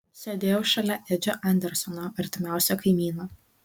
sėdėjau šalia edžio andersono artimiausio kaimyno